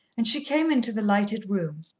and she came into the lighted room,